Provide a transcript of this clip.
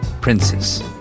Prince's